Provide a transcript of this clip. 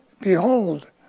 behold